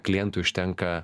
klientui užtenka